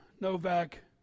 Novak